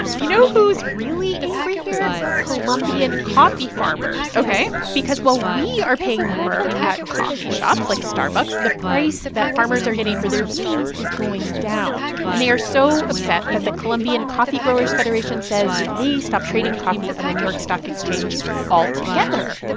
ah you know who's really angry here? who? columbian coffee farmers ok because while we are paying more at coffee shops, like starbucks, the price that farmers are getting for their beans is going down. and they are so upset that the colombian coffee growers federation says it may stop trading coffee on the new york stock exchange altogether.